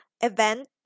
event